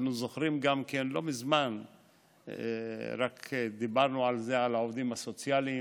אנחנו זוכרים שגם לא מזמן דיברנו על העובדים הסוציאליים,